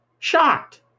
shocked